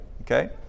Okay